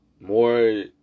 more